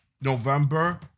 November